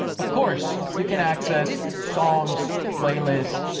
of course you can access songs, playlists,